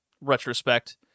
retrospect